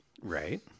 Right